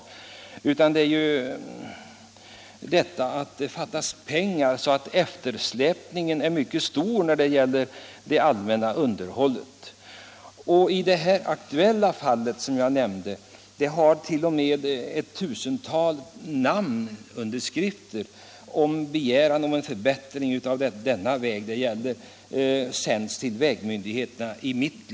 Förhållandena beror på att det fattas pengar, så att eftersläpningen är mycket stor när det gäller det allmänna underhållet. I ett av fallen i mitt hemlän har t.o.m. en begäran om en förbättring av den aktuella vägen, med ett tusental namnunderskrifter, sänts till vägmyndigheterna i länet.